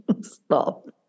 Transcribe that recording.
stop